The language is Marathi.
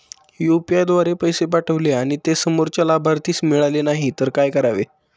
यु.पी.आय द्वारे पैसे पाठवले आणि ते समोरच्या लाभार्थीस मिळाले नाही तर काय करावे?